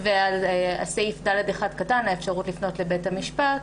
ועל סעיף (ד)(1), האפשרות לפנות לבית המשפט.